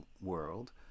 world